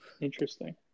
Interesting